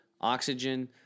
oxygen